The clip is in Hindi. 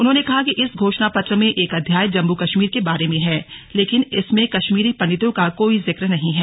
उन्होंने कहा कि इस घोषणापत्र में एक अध्याय जम्मू कश्मीर के बारे में है लेकिन इसमें कश्मीरी पंडितों का कोई जिक्र नहीं है